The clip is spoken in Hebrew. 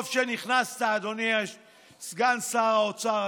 טוב שנכנסת, אדוני סגן שר האוצר.